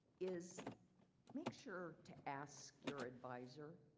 is make sure to ask your advisor,